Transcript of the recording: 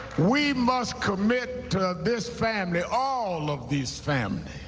we must commit to this family, all of this family,